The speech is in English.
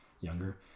younger